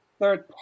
third